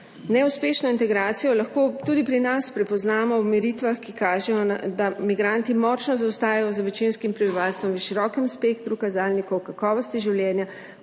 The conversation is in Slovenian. Neuspešno integracijo lahko tudi pri nas prepoznamo v meritvah, ki kažejo, da migranti močno zaostajajo za večinskim prebivalstvom v širokem spektru kazalnikov kakovosti življenja,